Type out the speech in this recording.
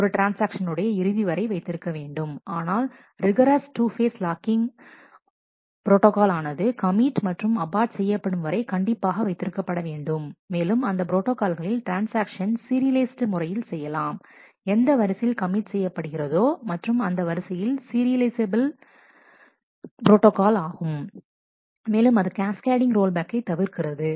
ஒரு ட்ரான்ஸ்ஆக்ஷன் உடைய இறுதிவரை வைத்திருக்க வேண்டும் ஆனால் ரிகரஸ் 2 ஃபேஸ் லாக்கிங்கில் லாக் ஆனது கமிட் மற்றும் அபார்ட் செய்யப்படும் வரை கண்டிப்பாக வைத்திருக்க பட வேண்டும் மேலும் அந்த ப்ரோட்டாகால்களில் ட்ரான்ஸ்ஆக்ஷன் சீரியலைசடு முறையில் செய்யலாம் எந்த வரிசையில் கமிட் செய்யப்படுகிறதோ மற்றும் அந்த வரிசையில் சீரியலைஃசபில் ப்ரோட்டாகால் ஆகும் மேலும் அது கேஸ் கேடிங் ரோல் பேக்கை தவிர்க்கிறது